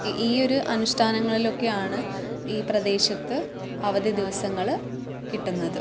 ഈ ഒരു അനുഷ്ഠാനങ്ങളിലൊക്കെയാണ് ഈ പ്രദേശത്ത് അവധി ദിവസങ്ങൾ കിട്ടുന്നത്